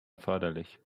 erforderlich